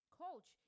coach